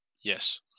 Yes